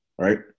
Right